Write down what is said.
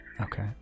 Okay